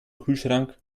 kühlschrank